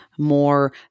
more